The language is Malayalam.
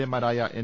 എ മാരായ എൻ